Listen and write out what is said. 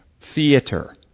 theater